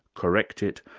correct it,